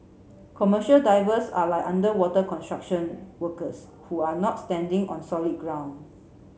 commercial divers are like underwater construction workers who are not standing on solid ground